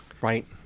Right